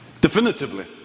Definitively